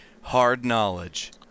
hard-knowledge